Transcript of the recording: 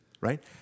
right